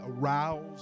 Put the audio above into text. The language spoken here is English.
aroused